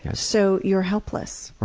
ah so you're helpless.